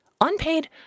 unpaid